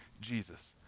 Jesus